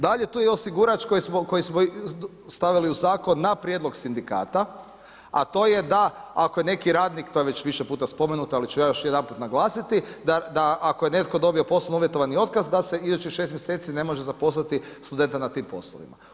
Dalje, tu je osigurač koji smo stavili u zakon na prijedlog sindikata, a to je da ako je neki radni, to je već više puta spomenuto, ali ću ja još jedanput naglasiti, da ako je neko dobio poslovno uvjetovani otkaz da se idućih šest mjeseci ne može zaposliti studenta na tim poslovima.